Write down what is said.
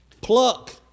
pluck